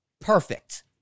perfect